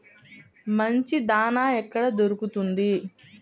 మంచి దాణా ఎక్కడ దొరుకుతుంది?